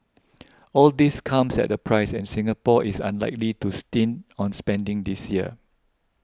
all this comes at a price and Singapore is unlikely to stint on spending this year